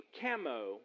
camo